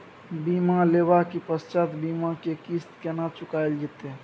बीमा लेबा के पश्चात बीमा के किस्त केना चुकायल जेतै?